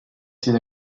ses